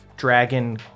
dragon